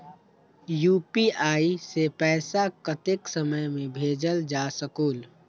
UPI से पैसा कतेक समय मे भेजल जा स्कूल?